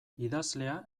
idazlea